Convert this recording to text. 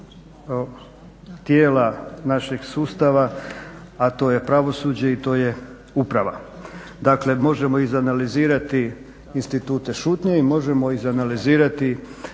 tijela našeg sustava, a to je pravosuđe i to je uprava. Dakle možemo izanalizirati institute šutnje i možemo izanalizirati